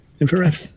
infrared